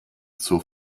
zur